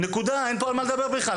אין פה על מה לדבר בכלל,